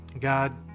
God